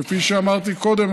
כפי שאמרתי קודם,